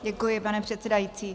Děkuji, pane předsedající.